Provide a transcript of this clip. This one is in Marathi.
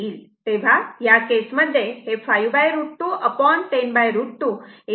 तेव्हा या केसमध्ये हे 5√ 210√ 2 0